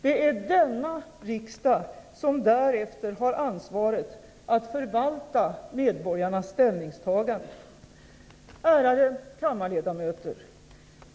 Det är denna riksdag som därefter har ansvaret att förvalta medborgarnas ställningstagande. Ärade kammarledamöter!